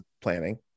planning